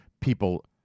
people